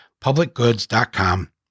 publicgoods.com